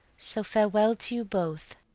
so, farewell to you both.